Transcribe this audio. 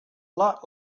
lot